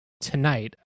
tonight